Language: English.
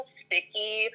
sticky